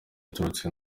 aturutse